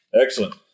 Excellent